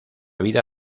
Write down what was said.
vida